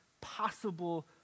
possible